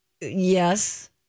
Yes